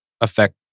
affect